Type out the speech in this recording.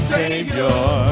Savior